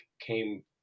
came